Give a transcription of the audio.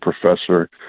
professor